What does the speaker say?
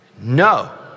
no